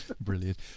Brilliant